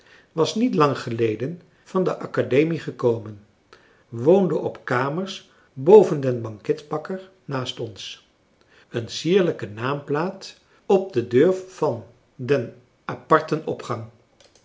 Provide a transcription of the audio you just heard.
was niet lang geleden van de academie gekomen woonde op kamers boven den banketbakker naast ons een sierlijke naamplaat op de deur van den aparten opgang